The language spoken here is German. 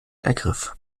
ergriff